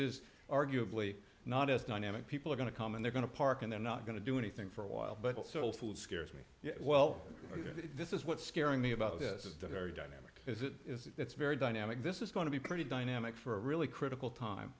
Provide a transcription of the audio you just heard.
is arguably not as dynamic people are going to come in they're going to park and they're not going to do anything for a while but all soul food scares me well this is what's scaring me about this is that very dynamic is it is it's very dynamic this is going to be pretty dynamic for a really critical time